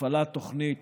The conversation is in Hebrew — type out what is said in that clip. הופעלה תוכנית